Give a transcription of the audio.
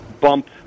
bump